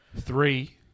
Three